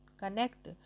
connect